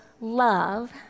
love